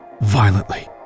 violently